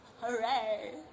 Hooray